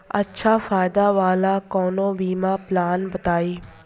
अच्छा फायदा वाला कवनो बीमा पलान बताईं?